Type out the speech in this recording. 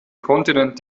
kontinent